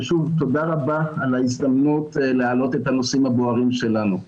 ושוב תודה רבה על ההזדמנות להעלות את הנושאים הבוערים שלנו.